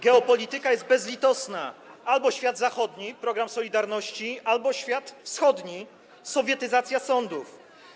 Geopolityka jest bezlitosna: albo świat zachodni, program solidarności, albo świat wschodni, sowietyzacja sądów.